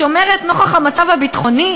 שאומרת: "נוכח המצב הביטחוני,